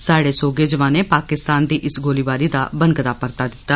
साहडे सोहगे जवाने पाकिस्तान दी इस गोलीबारी दा बनकदा परता दिता